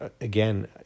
Again